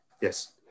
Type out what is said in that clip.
Yes